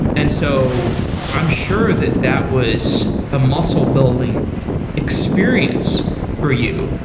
and so i'm sure that that was a muscle building experience for you.